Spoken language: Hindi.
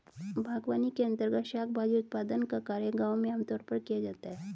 बागवानी के अंर्तगत शाक भाजी उत्पादन का कार्य गांव में आमतौर पर किया जाता है